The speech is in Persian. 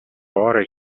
باره